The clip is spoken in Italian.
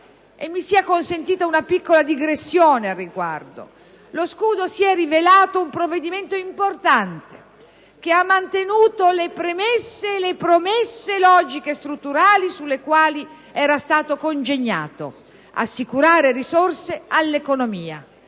E mi sia consentita una piccola digressione al riguardo: lo scudo si è rivelato un provvedimento importante, che ha mantenuto le promesse logiche e strutturali sulle quali era stato congegnato, quello di assicurare risorse all'economia.